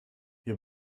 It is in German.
wir